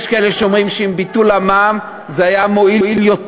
יש כאלה שאומרים שביטול ההעלאה במע"מ היה מועיל יותר.